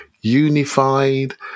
unified